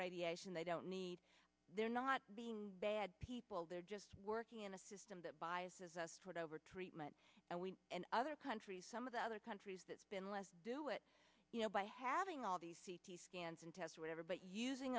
radiation they don't need they're not being bad people they're just working in a system that biases us what overtreatment and we in other countries some of the other countries that's been left to do it you know by having all these scans and tests or whatever but using